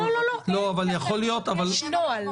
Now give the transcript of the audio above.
לא, יש נוהל.